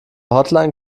hotline